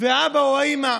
ואת האבא או האימא,